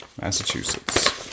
massachusetts